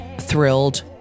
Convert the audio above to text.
thrilled